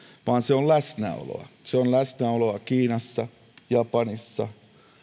vaan se on läsnäoloa se on läsnäoloa kiinassa japanissa